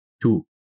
Two